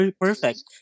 perfect